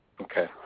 Okay